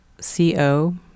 C-O